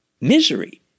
misery